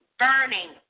burning